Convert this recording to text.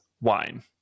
wine